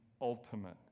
ultimate